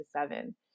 seven